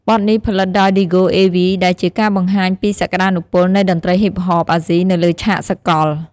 បទនេះផលិតដោយ Diego Ave ដែលជាការបង្ហាញពីសក្ដានុពលនៃតន្ត្រីហ៊ីបហបអាស៊ីនៅលើឆាកសកល។